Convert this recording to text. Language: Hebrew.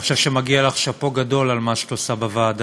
אני חושב שמגיע לך שאפו גדול על מה שאת עושה בוועדה,